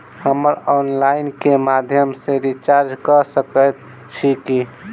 हम ऑनलाइन केँ माध्यम सँ रिचार्ज कऽ सकैत छी की?